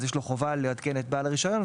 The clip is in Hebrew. ואז יש לו חובה לעדכן את בעל הרישיון,